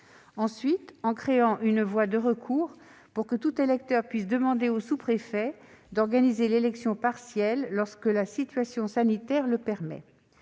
Ensuite, nous avons créé une voie de recours pour que tout électeur puisse demander au sous-préfet d'organiser l'élection partielle lorsque la situation sanitaire le permet.